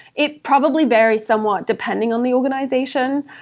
it probably varies somewhat depending on the organization.